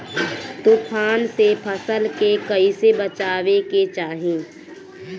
तुफान से फसल के कइसे बचावे के चाहीं?